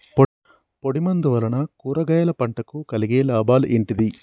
పొడిమందు వలన కూరగాయల పంటకు కలిగే లాభాలు ఏంటిది?